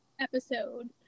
episode